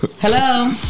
Hello